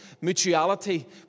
mutuality